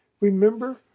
Remember